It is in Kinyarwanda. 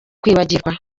kwibagirwa